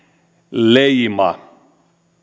leima